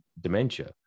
dementia